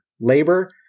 labor